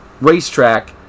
racetrack